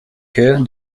chœur